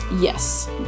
Yes